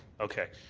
okay.